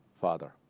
Father